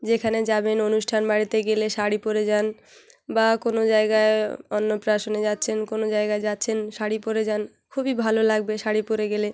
যেখানে যাবেন অনুষ্ঠান বাড়িতে গেলে শাড়ি পরে যান বা কোনো জায়গায় অন্নপ্রাশনে যাচ্ছেন কোনো জায়গায় যাচ্ছেন শাড়ি পরে যান খুবই ভালো লাগবে শাড়ি পরে গেলে